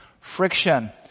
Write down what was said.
friction